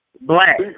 Black